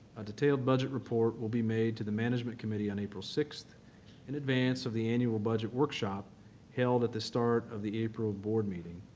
a detailed budget report will be made to the management committee on april sixth in advance of the annual budget workshop held at the start of the april board meeting.